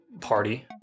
party